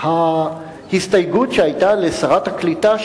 ההסתייגות שהיתה לשרת הקליטה,